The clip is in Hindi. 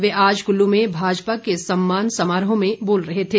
वे आज कुल्लू में भाजपा के सम्मान समारोह में बोल रहे थे